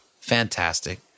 fantastic